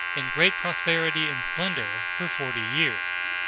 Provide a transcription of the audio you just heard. in great prosperity and splendor, for forty years.